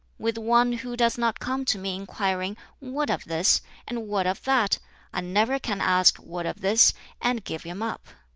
with one who does not come to me inquiring what of this and what of that i never can ask what of this and give him up.